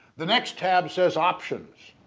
the next tab says options,